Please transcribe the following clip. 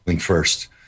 first